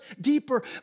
deeper